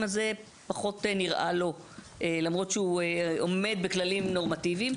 הזה פחות נראה לו למרות שהוא עומד בכללים נורמטיביים,